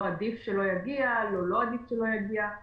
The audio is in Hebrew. עדיף שלא יגיע או עדיף שלא יגיע,